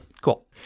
Cool